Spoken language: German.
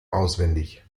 auswendig